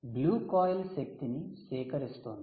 blue coil శక్తిని సేకరిస్తోంది